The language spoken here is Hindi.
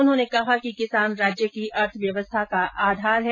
उन्होंने कहा कि किसान राज्य की अर्थव्यवस्था का आधार है